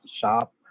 shop